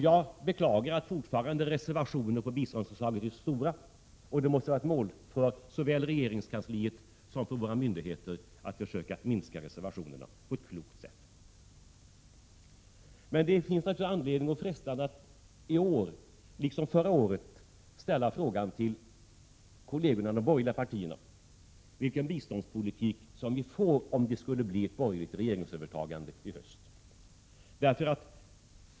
Jag beklagar att reservationerna på biståndsanslaget fortfarande är stora, och det måste vara ett mål för såväl regeringskansliet som för våra myndigheter att försöka minska reservationerna på ett klokt sätt. Det finns naturligtvis anledning att i år liksom förra året ställa frågan till kollegerna i de borgerliga partierna vilken biståndspolitik vi skulle få om det blir ett borgerligt regeringsövertagande i höst.